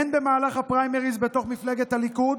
הן במהלך הפריימריז בתוך מפלגת הליכוד